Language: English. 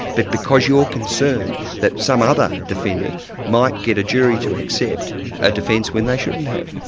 but because you're concerned that some other defendant might get a jury to accept a defence when they shouldn't have.